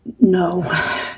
No